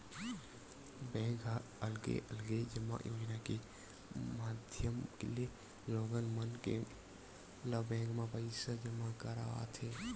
bank ह अलगे अलगे जमा योजना के माधियम ले लोगन मन ल बेंक म पइसा जमा करवाथे